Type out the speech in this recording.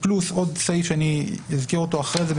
פלוס עוד סעיף שאני אזכיר אותו אחרי זה,